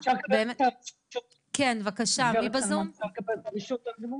אפשר בבקשה לקבל את זכות הדיבור?